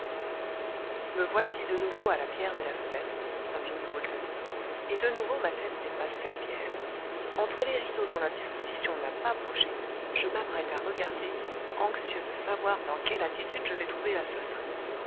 me voici de nouveau à la pierre de la fenêtre continue rouletabille et de nouveau ma tête dépasse cette pierre entre les rideaux dont la disposition n'a pas bougé je m'apprête à regarder anxieux de savoir dans quelle attitude je vais trouver l'assassin